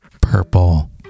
Purple